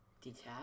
Detach